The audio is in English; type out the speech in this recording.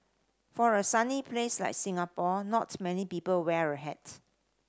for a sunny place like Singapore not many people wear a hat